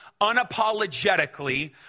unapologetically